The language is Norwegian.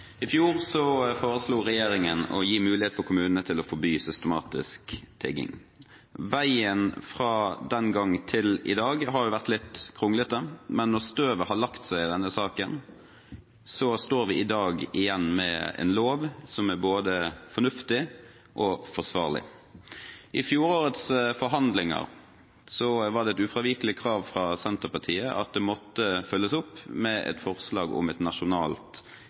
I fjor foreslo regjeringen å gi mulighet for kommunene til å forby systematisk tigging. Veien fra den gang til i dag har vært litt kronglete, men når støvet har lagt seg i denne saken, står vi i dag igjen med en lov som er både fornuftig og forsvarlig. I fjorårets forhandlinger var det et ufravikelig krav fra Senterpartiet at det måtte følges opp med et forslag om et nasjonalt